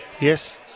Yes